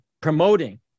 promoting